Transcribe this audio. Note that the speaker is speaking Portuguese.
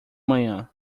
manhã